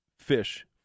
fish